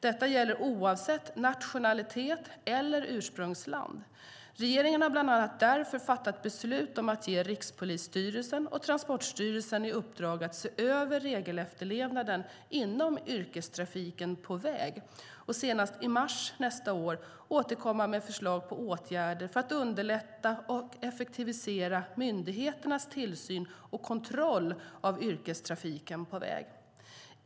Detta gäller oavsett nationalitet eller ursprungsland. Regeringen har bland annat därför fattat beslut om att ge Rikspolisstyrelsen och Transportstyrelsen i uppdrag att se över regelefterlevnaden inom yrkestrafiken på väg och senast i mars nästa år återkomma med förslag på åtgärder för att underlätta och effektivisera myndigheternas tillsyn och kontroll av yrkestrafiken på väg.